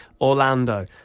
Orlando